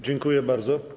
Dziękuję bardzo.